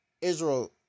Israel